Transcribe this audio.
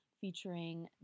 featuring